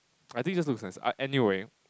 I think just looks nicer anyway